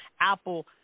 Apple